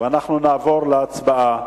אנחנו נעבור להצבעה.